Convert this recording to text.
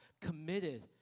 committed